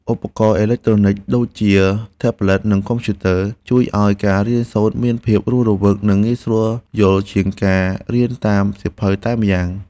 ឧបករណ៍អេឡិចត្រូនិចដូចជាថេប្លេតនិងកុំព្យូទ័រ ជួយឱ្យការរៀនសូត្រមានភាពរស់រវើកនិងងាយស្រួលយល់ជាងការរៀនតាមសៀវភៅតែម្យ៉ាង។